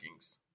rankings